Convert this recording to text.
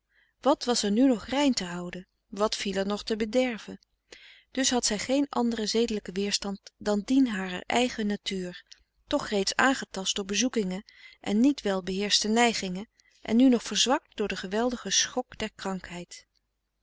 wat was er nu nog rein te houden wat viel er nog te bederven dus had zij geen anderen zedelijken weerstand dan dien harer eigen natuur toch reeds aangetast door bezoekingen en niet wel beheerschte neigingen en nu nog verzwakt door den geweldigen schok der krankheid